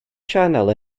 sianel